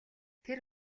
тэр